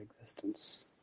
existence